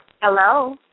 Hello